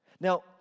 Now